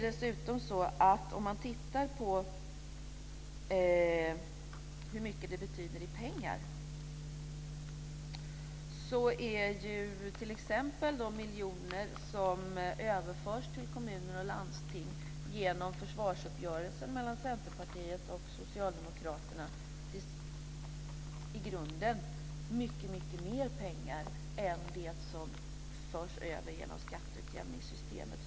När man tittar på hur mycket systemet innebär i pengar, är t.ex. de miljoner som överförs till kommuner och landsting genom försvarsuppgörelsen mellan Centerpartiet och Socialdemokraterna i grunden mycket mer pengar än det som förs över genom skatteutjämningssystemet.